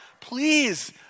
Please